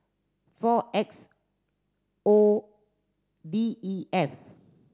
four X O D E F